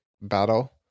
battle